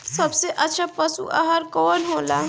सबसे अच्छा पशु आहार कवन हो ला?